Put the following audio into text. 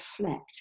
reflect